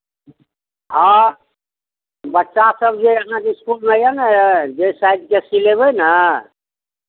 हँ बच्चासभ जे अहाँके इसकुलमे यए नए जे साइजके सिलयबै ने